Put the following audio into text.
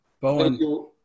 Bowen